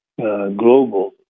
Global